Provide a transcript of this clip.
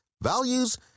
values